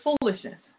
foolishness